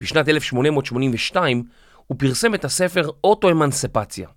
בשנת 1882 הוא פרסם את הספר אוטואמנציפציה